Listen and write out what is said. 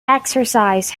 exercise